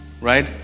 right